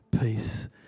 peace